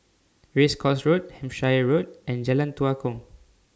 Race Course Road Hampshire Road and Jalan Tua Kong